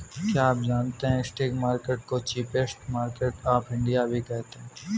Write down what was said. क्या आप जानते है स्ट्रीट मार्केट्स को चीपेस्ट मार्केट्स ऑफ इंडिया भी कहते है?